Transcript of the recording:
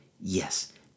Yes